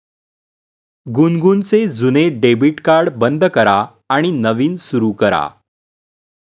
गुनगुनचे जुने debit card बंद करा आणि नवीन सुरू करा